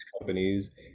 companies